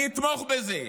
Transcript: אני אתמוך בזה.